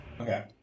Okay